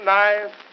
nice